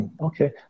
Okay